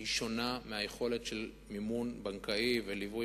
שונה מהיכולת של מימון בנקאי וליווי,